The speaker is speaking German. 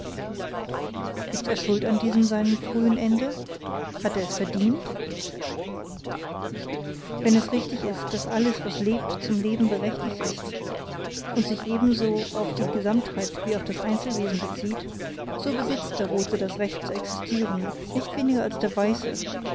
ist er schuld an diesem seinem frühen ende hat er es verdient wenn es richtig ist daß alles was lebt zum leben berechtigt ist und dies sich ebenso auf die gesamtheit wie auf das einzelwesen bezieht so besitzt der rote das recht zu existieren nicht weniger als der weiße